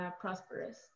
prosperous